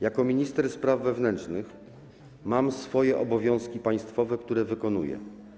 Jako minister spraw wewnętrznych mam swoje obowiązki państwowe, które wykonuję.